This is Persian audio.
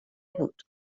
بود